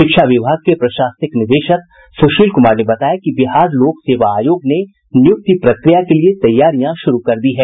शिक्षा विभाग के प्रशासनिक निदेशक सुशील कुमार ने बताया कि बिहार लोक सेवा आयोग ने नियुक्ति प्रक्रिया के लिए तैयारियां शुरू कर दी है